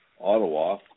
Ottawa